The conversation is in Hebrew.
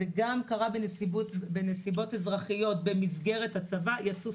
גם אם זה קרה בנסיבות אזרחיות במסגרת הצבא, כמו